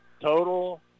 Total